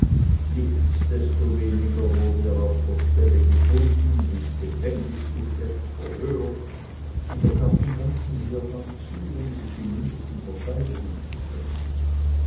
nichtsdestoweniger wurde er auf der stelle gebunden ins gefängnis geschleppt verhört und er gab den ganzen hergang zu ohne sich im mindesten verteidigen zu können